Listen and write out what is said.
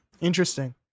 Interesting